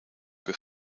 que